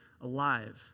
alive